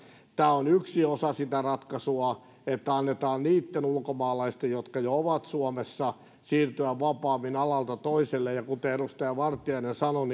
tämä on yksi osa sitä ratkaisua että annetaan niitten ulkomaalaisten jotka jo ovat suomessa siirtyä vapaammin alalta toiselle ja kuten edustaja vartiainen sanoi